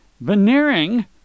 veneering